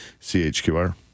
CHQR